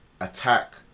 attack